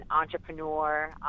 entrepreneur